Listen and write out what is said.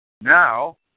Now